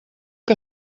que